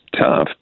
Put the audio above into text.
tough